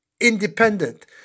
independent